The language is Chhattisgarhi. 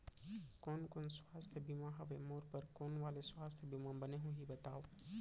कोन कोन स्वास्थ्य बीमा हवे, मोर बर कोन वाले स्वास्थ बीमा बने होही बताव?